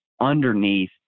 underneath